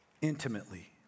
intimately